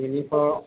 ഇനിയിപ്പോൾ